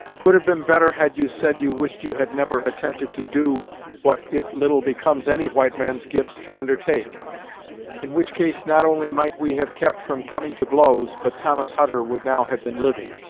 twould have been better had you said you wished you had never attempted to do what it little becomes any white man's gifts to undertake in which case, not only might we have kept from coming to blows, but thomas hutter would now have been living,